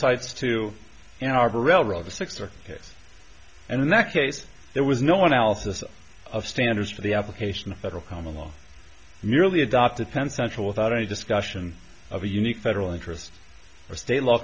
cites to ann arbor railroad a sixer case and in that case there was no one else of standards for the application of federal common law merely adopted sentential without any discussion of a unique federal interest or state law